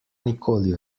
nikoli